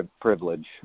privilege